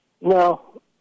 No